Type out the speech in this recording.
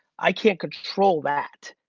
i can't control that,